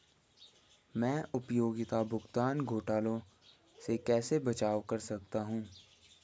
मैं उपयोगिता भुगतान घोटालों से कैसे बचाव कर सकता हूँ?